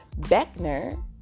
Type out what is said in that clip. Beckner